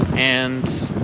and